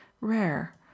rare